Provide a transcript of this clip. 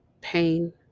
pain